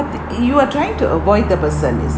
it you are trying to avoid the person is